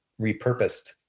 repurposed